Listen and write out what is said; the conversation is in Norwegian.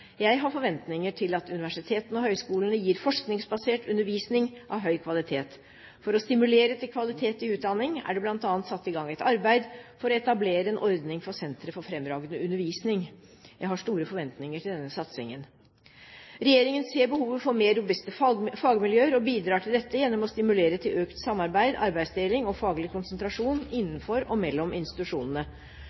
Jeg har forventninger til at universitetene og høyskolene gir forskningsbasert undervisning av høy kvalitet. For å stimulere til kvalitet i utdanning er det bl.a. satt i gang et arbeid for å etablere en ordning for sentre for fremragende undervisning. Jeg har store forventninger til denne satsingen. Regjeringen ser behovet for mer robuste fagmiljøer og bidrar til dette gjennom å stimulere til økt samarbeid, arbeidsdeling og faglig konsentrasjon innenfor og mellom institusjonene.